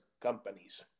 companies